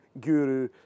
guru